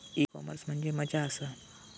E commerce म्हणजे मझ्या आसा?